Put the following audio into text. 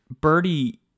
birdie